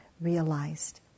realized